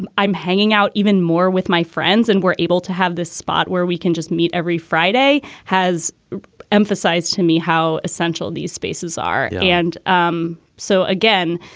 and i'm hanging out even more with my friends and we're able to have this spot where we can just meet every friday has emphasized to me how essential these spaces are and um so, again,